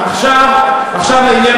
עכשיו לעניין